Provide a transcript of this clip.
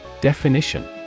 Definition